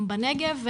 בנגב.